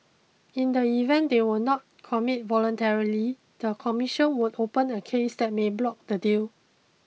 in the event they will not commit voluntarily the commission would open a case that may block the deal